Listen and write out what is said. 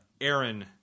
Aaron